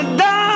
die